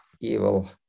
evil